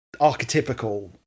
archetypical